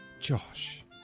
Josh